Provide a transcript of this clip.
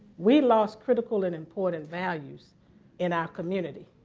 we lost critical and important values in our community.